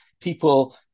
People